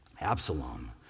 Absalom